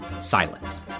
Silence